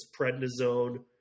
prednisone